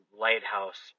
lighthouse